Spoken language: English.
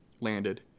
landed